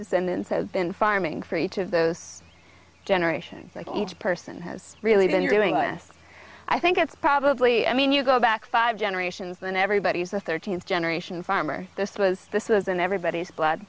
descendants have been farming for each of those generation like each person has really been doing this i think it's probably i mean you go back five generations and everybody's the thirteenth generation farmer this was this was in everybody's blood